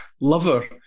lover